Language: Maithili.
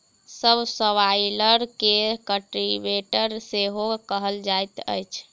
सब स्वाइलर के कल्टीवेटर सेहो कहल जाइत अछि